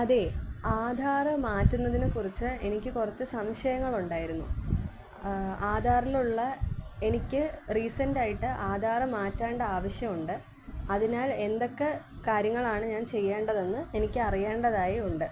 അതെ ആധാർ മാറ്റുന്നതിനെക്കുറിച്ച് എനിക്ക് കുറച്ച് സംശയങ്ങൾ ഉണ്ടായിരുന്നു ആധാറിലുള്ള എനിക്ക് റീസെൻ്റായിട്ട് ആധാർ മാറ്റേണ്ട ആവിശ്യം ഉണ്ട് അതിനാൽ എന്തൊക്കെ കാര്യങ്ങളാണ് ഞാൻ ചെയ്യേണ്ടതെന്ന് എനിക്ക് അറിയേണ്ടതായി ഉണ്ട്